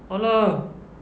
!alah!